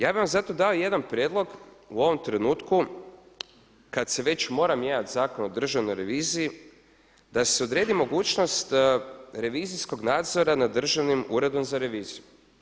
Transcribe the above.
Ja bih vam zato dao jedan prijedlog u ovom trenutku kada se već mora mijenjati Zakon o državnoj reviziji da se odredi mogućnost revizorskog nadzora nad Državnim uredom za reviziju.